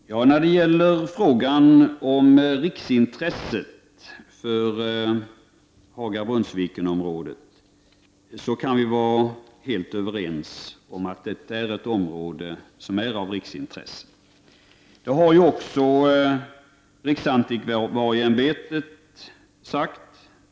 Herr talman! När det gäller frågan om Haga-Brunnsviken-området kan vi vara helt överens om att detta är ett område som är av riksintresse. Det har också riksantikvarieämbetet sagt.